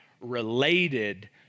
related